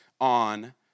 on